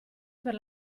per